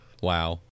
Wow